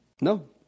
No